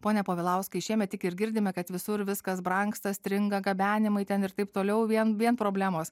pone povilauskai šiemet tik ir girdime kad visur viskas brangsta stringa gabenimai ten ir taip toliau vien vien problemos